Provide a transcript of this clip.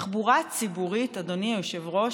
תחבורה ציבורית, אדוני היושב-ראש,